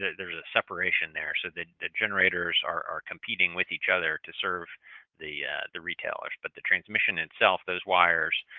there's a separation there. so, the the generators are competing with each other to serve the the retailers, but the transmission itself, itself, those wires,